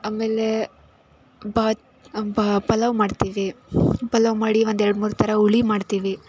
ಆಮೇಲೆ ಭಾತ್ ಬಾ ಪಲಾವ್ ಮಾಡ್ತೀವಿ ಪಲಾವ್ ಮಾಡಿ ಒಂದು ಎರಡು ಮೂರು ಥರ ಹುಳಿ ಮಾಡ್ತೀವಿ